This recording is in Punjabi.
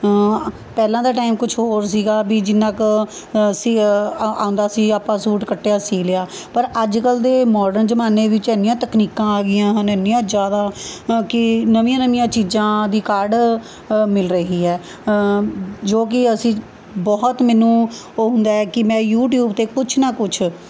ਪਹਿਲਾਂ ਦਾ ਟਾਈਮ ਕੁਛ ਹੋਰ ਸੀਗਾ ਵੀ ਜਿੰਨਾਂ ਕੁ ਸੀ ਆਉਂਦਾ ਸੀ ਆਪਾਂ ਸੂਟ ਕੱਟਿਆ ਸੀ ਲਿਆ ਪਰ ਅੱਜ ਕੱਲ੍ਹ ਦੇ ਮੋਡਰਨ ਜ਼ਮਾਨੇ ਵਿੱਚ ਇੰਨੀਆਂ ਤਕਨੀਕਾਂ ਆ ਗਈਆਂ ਹਨ ਇੰਨੀਆਂ ਜ਼ਿਆਦਾ ਕਿ ਨਵੀਆਂ ਨਵੀਆਂ ਚੀਜ਼ਾਂ ਦੀ ਕਾਢ ਮਿਲ ਰਹੀ ਹੈ ਜੋ ਕਿ ਅਸੀਂ ਬਹੁਤ ਮੈਨੂੰ ਉਹ ਹੁੰਦਾ ਏ ਕਿ ਮੈਂ ਯੂਟਿਊਬ 'ਤੇ ਕੁਛ ਨਾ ਕੁਛ